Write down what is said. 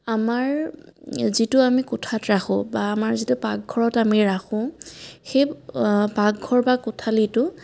আমাৰ যিটো আমি কোঠাত ৰাখোঁ বা আমাৰ যিটো পাকঘৰত আমি ৰাখোঁ সেই পাকঘৰ বা কোঠালিটো